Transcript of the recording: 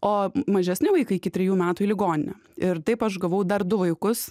o mažesni vaikai iki trijų metų į ligoninę ir taip aš gavau dar du vaikus